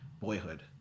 Boyhood